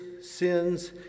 sins